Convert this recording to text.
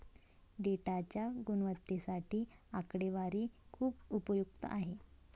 डेटाच्या गुणवत्तेसाठी आकडेवारी खूप उपयुक्त आहे